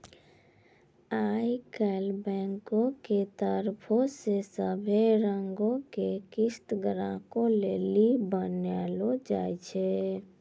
आई काल्हि बैंको के तरफो से सभै रंगो के किस्त ग्राहको लेली बनैलो जाय छै